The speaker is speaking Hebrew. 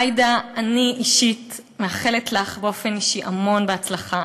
עאידה, אני מאחלת לך באופן אישי המון הצלחה.